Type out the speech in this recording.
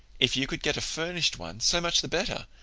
if you could get a furnished one so much the better,